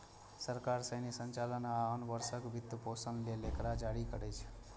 सरकार सैन्य संचालन आ आन खर्चक वित्तपोषण लेल एकरा जारी करै छै